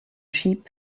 sheep